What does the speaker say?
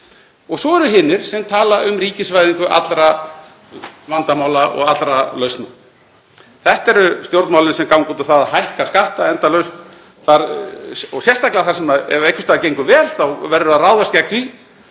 Svo eru hinir sem tala um ríkisvæðingu allra vandamála og allra lausna. Þetta eru stjórnmálin sem ganga út á það að hækka skatta endalaust. Sérstaklega ef einhvers staðar gengur vel þá verður að ráðast gegn því